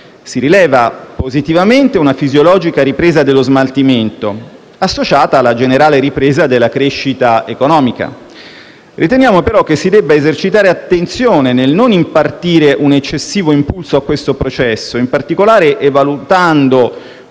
Si rileva positivamente una fisiologica ripresa dello smaltimento, associata alla generale ripresa della crescita economica; riteniamo però che si debba esercitare attenzione nel non impartire un eccessivo impulso a questo processo, in particolare valutando